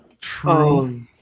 True